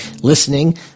listening